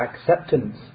acceptance